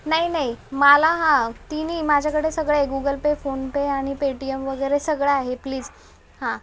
नाही नाही मला हां ती मी माझ्याकडं सगळं आहे गुगल पे फोनपे आणि पेटीएम वगैरे सगळं आहे प्लीज हां